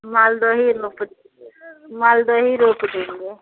मालदा ही रोप देंगे मालदा ही रोप देंगे